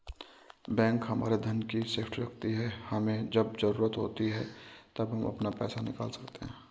bank हमारे धन की सेफ्टी रखती है हमे जब जरूरत होती है तब हम अपना पैसे निकल सकते है